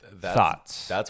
Thoughts